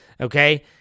okay